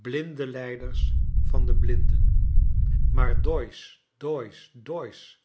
blinde leiders van de blinden maar doyce